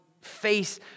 face